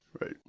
Right